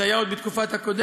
זה היה עוד בתקופת הקודם,